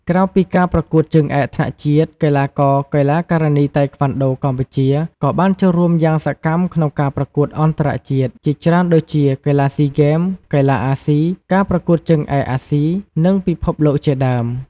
ក្រៅពីការប្រកួតជើងឯកថ្នាក់ជាតិ កីឡាករ កីឡាការិនីតៃក្វាន់ដូកម្ពុជាក៏បានចូលរួមយ៉ាងសកម្មក្នុងការប្រកួតអន្តរជាតិជាច្រើនដូចជា កីឡាស៊ីហ្គេម កីឡាអាស៊ី ការប្រកួតជើងឯកអាស៊ី និងពិភពលោកជាដើម។